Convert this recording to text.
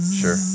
sure